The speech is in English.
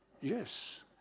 yes